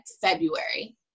February